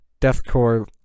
deathcore